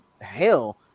hell